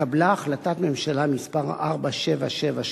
התקבלה החלטת ממשלה מס' 4772,